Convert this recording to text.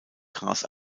gras